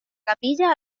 capilla